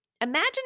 Imagine